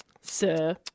Sir